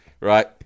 Right